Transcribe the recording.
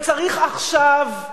עכשיו,